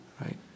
Right